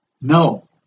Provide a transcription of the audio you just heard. no